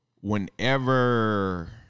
whenever